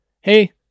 hey